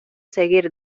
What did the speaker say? seguir